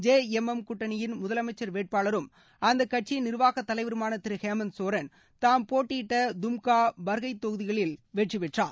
J M M கூட்டனரியின் முதல் அமைச்சர் வேட்பாளரும் அந்த கட்சியின் நிர்வாக தலைவருமான திரு ஹேமந்த் சோரன் தாம் போட்டியிட்ட தம்கா பார்ஹைத் தொகுதிகளில் வெற்றி பெற்றார்